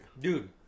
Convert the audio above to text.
Dude